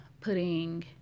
putting